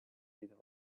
little